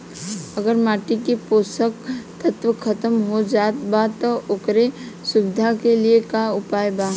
अगर माटी के पोषक तत्व खत्म हो जात बा त ओकरे सुधार के लिए का उपाय बा?